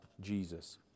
Jesus